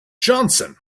johnson